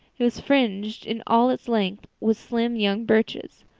it was fringed in all its length with slim young birches,